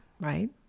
right